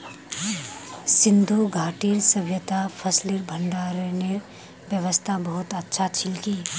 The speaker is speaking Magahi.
सिंधु घाटीर सभय्तात फसलेर भंडारनेर व्यवस्था बहुत अच्छा छिल की